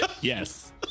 Yes